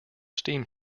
steam